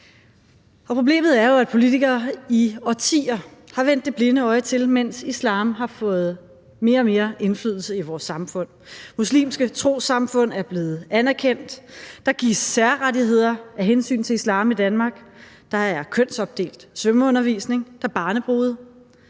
Problemet er jo, at politikere i årtier har vendt det blinde øje til, mens islam har fået mere og mere indflydelse i vores samfund. Muslimske trossamfund er blevet anerkendt, der gives særrettigheder af hensyn til islam i Danmark, der er kønsopdelt svømmeundervisning, der er barnebrude,